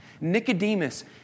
Nicodemus